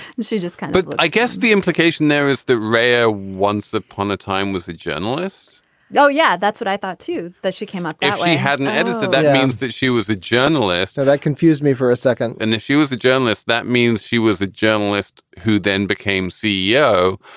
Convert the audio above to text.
and she just can't but i guess the implication there is that rare once upon a time was a journalist oh yeah. that's what i thought too that she came up actually had an editor that means that she was a journalist. and that confused me for a second. and she was a journalist that means she was a journalist who then became ceo.